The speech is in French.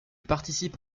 participe